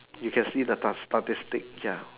you can see the statistic ya